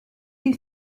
you